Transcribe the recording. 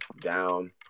down